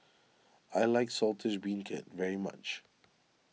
I like Saltish Beancurd very much